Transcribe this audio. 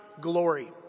glory